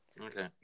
okay